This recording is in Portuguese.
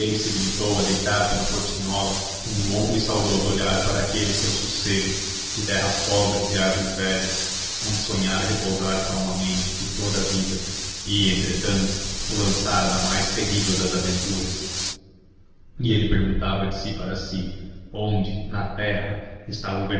se limitou a deitar pela portinhola um longo e saudoso olhar para aquele seu sossego de terras pobres e árvores velhas onde sonhara repousar calmamente por toda a vida e entretanto o lançara na mais terrível das aventuras e ele perguntava de si para si onde na terra estava